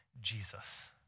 Jesus